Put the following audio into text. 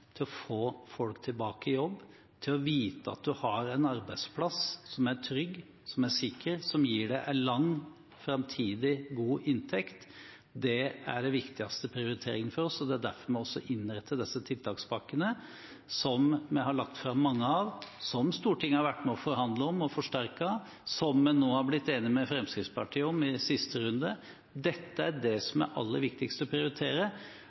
å få folk tilbake i jobb og til å vite at en har en arbeidsplass som er trygg og sikker, og som gir en lang framtidig god inntekt. Det er den viktigste prioriteringen for oss. Det er også derfor vi innretter disse tiltakspakkene, som vi har lagt fram mange av, som Stortinget har vært med på å forhandle om og forsterke, og som vi nå i siste runde har blitt enige med Fremskrittspartiet om. Dette er det som er aller viktigst å prioritere.